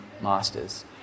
masters